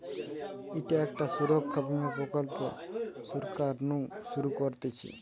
ইটা একটা সুরক্ষা বীমা প্রকল্প সরকার নু শুরু করতিছে